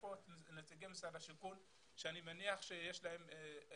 נמצאים כאן נציגי משרד השיכון ואני מניח שיש להם משהו